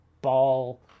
ball